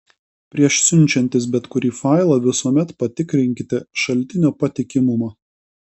prieš siunčiantis bet kurį failą visuomet patikrinkite šaltinio patikimumą